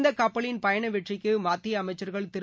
இந்த கட்பலின் பயண வெற்றிக்கு மத்திய அமைச்சா்கள் திரு